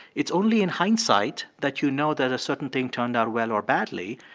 it's only in hindsight that you know that a certain thing turned out well or badly.